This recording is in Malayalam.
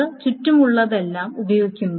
അത് ചുറ്റുമുള്ളതെല്ലാം ഉപയോഗിക്കുന്നു